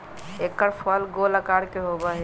एकर फल गोल आकार के होबा हई